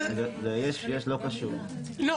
לא,